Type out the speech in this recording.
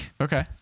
Okay